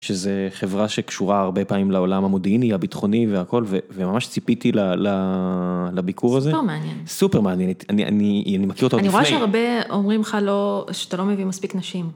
שזו חברה שקשורה הרבה פעמים לעולם המודיעיני, הביטחוני והכל, וממש ציפיתי לביקור הזה. סופר מעניין. סופר מעניין, אני מכיר אותו מלפני. אני רואה שהרבה אומרים לך שאתה לא מביא מספיק נשים.